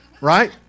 right